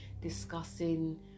discussing